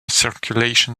circulation